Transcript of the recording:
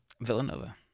Villanova